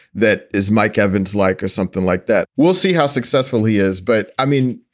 that is mike evans like or something like that. we'll see how successful he is. but i mean,